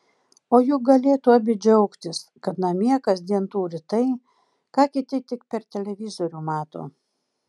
o juk galėtų abi džiaugtis kad namie kasdien turi tai ką kiti tik per televizorių mato